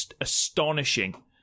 astonishing